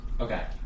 Okay